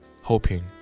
hoping